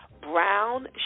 brown